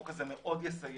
החוק הזה מאוד יסייע.